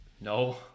No